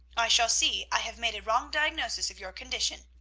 i shall see i have made a wrong diagnosis of your condition.